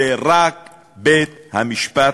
שבית-המשפט,